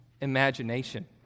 imagination